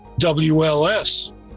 WLS